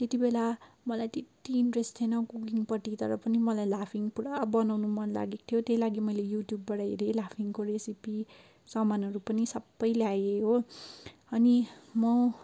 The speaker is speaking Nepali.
त्यति बेला मलाई त्यत्ति इन्ट्रेस्ट थिएन कुकिङपट्टि तर पनि मलाई लाफिङ पुरा बनाउन मनलागेको थियो त्यही लागि मैले युट्युबबाट हेरेँ लाफिङको रेसिपी सामानहरू पनि सबै ल्याएँ हो अनि म